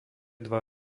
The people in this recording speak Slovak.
dva